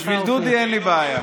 בשביל דודי אין לי בעיה.